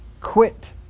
quit